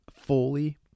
fully